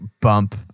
bump